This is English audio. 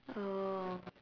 oh